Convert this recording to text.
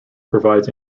provides